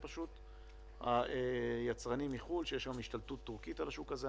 בגלל היצרנים מחו"ל יש היום השתלטות טורקית על השוק הזה,